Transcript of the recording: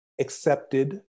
accepted